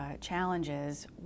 challenges